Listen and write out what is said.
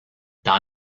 dans